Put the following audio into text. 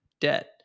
debt